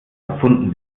erfunden